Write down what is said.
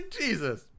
Jesus